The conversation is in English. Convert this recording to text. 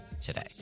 today